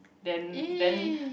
then then